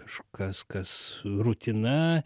kažkas kas rutina